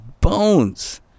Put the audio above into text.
bones